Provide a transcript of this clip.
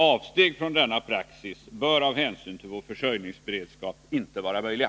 Avsteg från denna praxis bör av hänsyn till vår försörjningsberedskap inte vara möjliga.